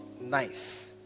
nice